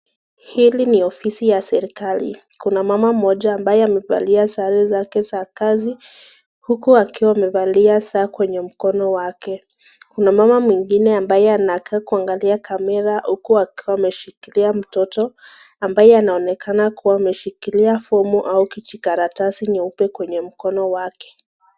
Hili ni ofisi ya serikali. Kuna mama mmoja ambaye amevalia sare za kazi, huku akiwa amevalia saa kwenye mkono wake. Kuna mama mwingine ambaye anakaa kuangalia kamera huku akiwa ameshikilia mtoto, ambaye anaonekana kuwa ameshikilia fomu au kijikaratasi nyeupe kwenye mkono wake.